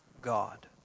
God